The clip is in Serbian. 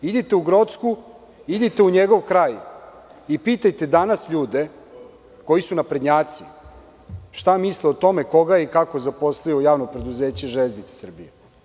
Idite u Grocku, idite u njegov kraj i pitajte danas ljude koji su naprednjaci šta misle o tome koga je i kako zaposlio u JP „Železnice Srbije“